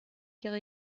eine